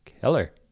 killer